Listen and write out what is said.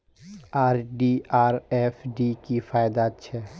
RD or FD की फ़ायदा छे?